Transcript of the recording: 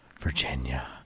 Virginia